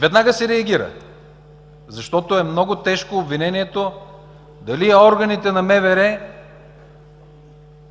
Веднага се реагира, защото е много тежко обвинението дали органите на МВР